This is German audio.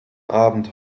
abend